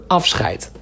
afscheid